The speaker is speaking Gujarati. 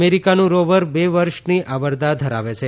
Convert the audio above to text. અમેરીકાનું રોવર બે વર્ષની આવરદા ધરાવે છે